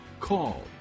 call